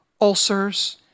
ulcers